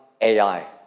AI